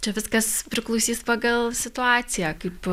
čia viskas priklausys pagal situaciją kaip